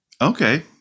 Okay